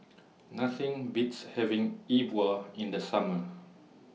Nothing Beats having E Bua in The Summer